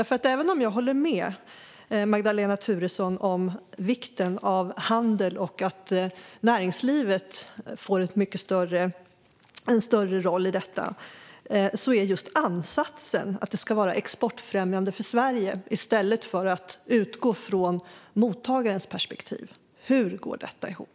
För även om jag håller med Magdalena Thuresson om vikten av handel och att näringslivet får en större roll i detta undrar jag över just ansatsen att det ska vara exportfrämjande för Sverige i stället för att utgå från mottagarens perspektiv - hur går detta ihop?